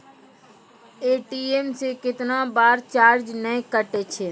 ATM से कैतना बार चार्ज नैय कटै छै?